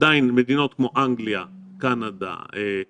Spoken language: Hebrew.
עדיין מדינות כמו: אנגליה, קנדה, כרגע,